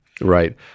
Right